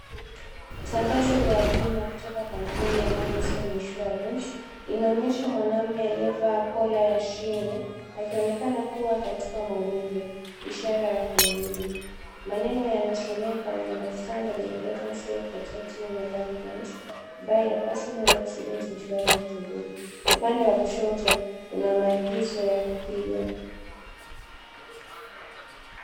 Tangazo la bima kutoka kampuni ya Madison Insurance inaonyesha mwanamume aliyevaa kola ya shingo akionekana kuwa katika maumivu, ishara ya kuumia. Maneno yanasomeka we understand the importance of protecting your loved ones. Buy a personal accident insurance today . Upande wa kushoto kuna maagizo ya kupiga.